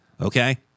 okay